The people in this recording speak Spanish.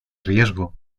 riesgo